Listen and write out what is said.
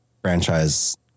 franchise